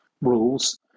rules